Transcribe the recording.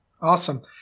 Awesome